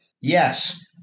yes